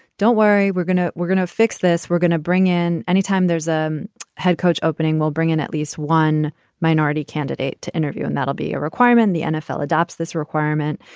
don't worry, we're gonna we're gonna fix this. we're gonna bring in anytime there's a head coach opening, we'll bring in at least one minority candidate to interview. and that'll be a requirement. the nfl adopts this requirement.